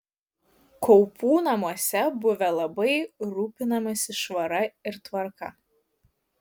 kaupų namuose buvę labai rūpinamasi švara ir tvarka